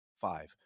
five